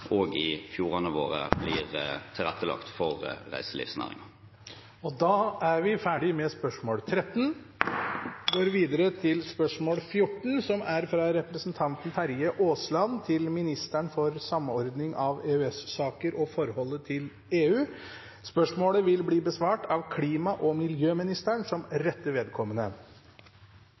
i fjordene våre blir tilrettelagt for reiselivsnæringen. Dette spørsmålet, fra representanten Terje Aasland til ministeren for samordning av EØS-saker og forholdet til EU, vil bli besvart av klima- og miljøministeren som rette vedkommende.